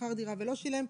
שכר דירה ולא שילם,